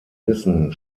wissen